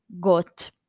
got